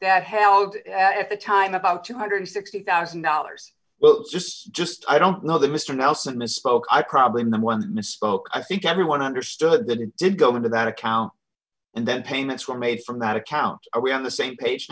that held at the time about two hundred and sixty thousand dollars well just just i don't know that mister nelson misspoke i probably in the one misspoke i think everyone understood that it did go into that account and then payments were made from that account are we on the same page